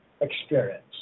experience